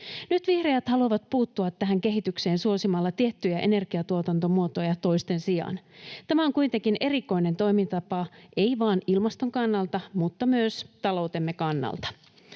Nyt vihreät haluavat puuttua tähän kehitykseen suosimalla tiettyjä energiatuotantomuotoja toisten sijaan. Tämä on kuitenkin erikoinen toimintatapa, ei vain ilmaston kannalta mutta myös taloutemme kannalta.